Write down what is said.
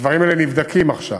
הדברים האלה נבדקים עכשיו.